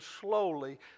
slowly